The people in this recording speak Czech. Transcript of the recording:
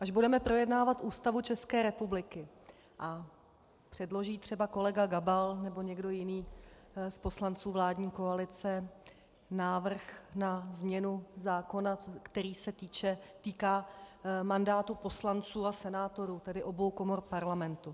Až budeme projednávat Ústavu ČR a předloží třeba kolega Gabal nebo někdo jiný z poslanců vládní koalice návrh na změnu zákona, který se týká mandátu poslanců a senátorů, tedy obou komor Parlamentu.